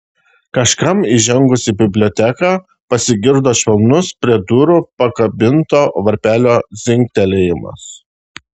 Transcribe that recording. kažkam įžengus į biblioteką pasigirdo švelnus prie durų pakabinto varpelio dzingtelėjimas